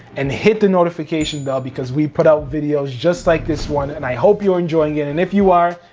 and hit the notification bell because we put out videos just like this one and i hope you're enjoying it. and if you are,